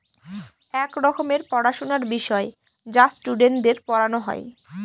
এক রকমের পড়াশোনার বিষয় যা স্টুডেন্টদের পড়ানো হয়